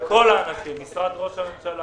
וכל האנשים, אם זה משרד ראש הממשלה,